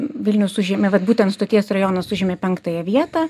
vilnius užėmė vat būtent stoties rajonas užėmė penktąją vietą